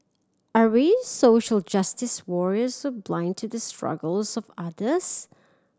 are we social justice warriors or blind to the struggles of others